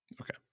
Okay